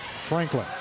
Franklin